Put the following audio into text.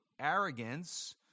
arrogance